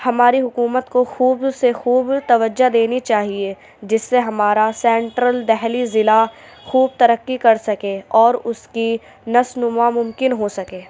ہماری حکومت کو خوب سے خوب توجہ دینی چاہیے جس سے ہمارا سینٹرل دہلی ضلع خوب ترقی کر سکے اور اُس کی نشو نما ممکن ہو سکے